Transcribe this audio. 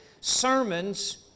sermons